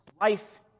life